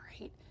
right